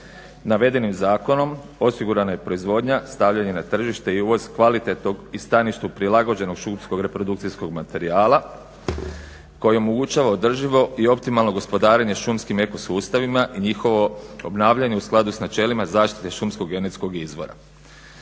Navedenim zakonom osigurana je proizvodnja, stavljanje na tržište i uvoz kvalitetnog i staništu prilagođenog šumskog reprodukcijskog materijala koji omogućava održivo i optimalno gospodarenje šumskim eko sustavima i njihovo obnavljanje u skladu sa načelima zaštite šumskog genetskog izvora.